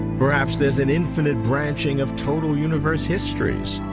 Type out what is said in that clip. perhaps there's an infinite branching of total universe histories.